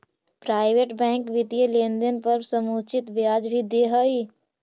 private bank वित्तीय लेनदेन पर समुचित ब्याज भी दे हइ